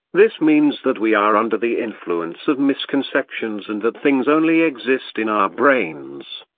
this means that we are under the influence of misconceptions and that things only exist in our brains.